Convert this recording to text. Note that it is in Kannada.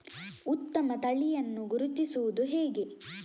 ಉತ್ತಮ ತಳಿಯನ್ನು ಗುರುತಿಸುವುದು ಹೇಗೆ?